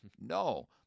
no